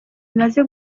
bimaze